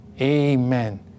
Amen